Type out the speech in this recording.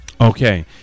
Okay